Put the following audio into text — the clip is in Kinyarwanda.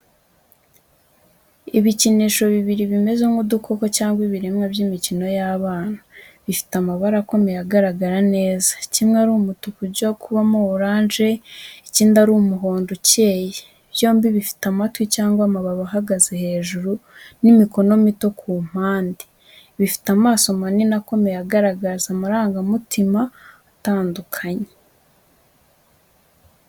Ibikinisho bibiri bimeze nk’udukoko cyangwa ibiremwa by’imikino y’abana, bifite amabara akomeye agaragara neza, kimwe ari umutuku ujya kubamo oranje, ikindi ari umuhondo ukeye. Byombi bifite amatwi cyangwa amababi ahagaze hejuru n’imikono mito ku mpande. Bifite amaso manini akomeye agaragaza amarangamutima atandukanye.